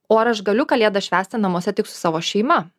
o ar aš galiu kalėdas švęsti namuose tik su savo šeima